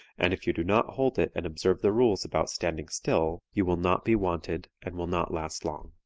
and if you do not hold it and observe the rules about standing still, you will not be wanted and will not last long.